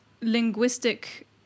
linguistic